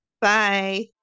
Bye